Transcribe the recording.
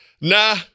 nah